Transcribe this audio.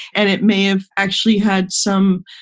and it may have actually had some,